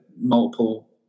multiple